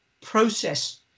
process